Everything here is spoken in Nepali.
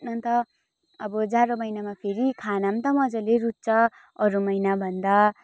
अन्त अब जाडो महिनामा फेरि खाना पनि त मजाले रुच्छ अरू महिनाभन्दा